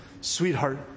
Sweetheart